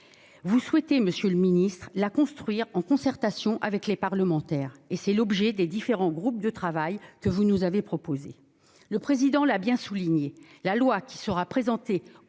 vous souhaitez, monsieur le ministre, la construire en concertation avec les parlementaires, et c'est l'objet des différents groupes de travail que vous nous avez proposés. Le Président de la République l'a bien souligné :« La loi qui sera présentée au